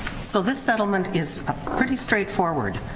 so this settlement is ah pretty straightforward.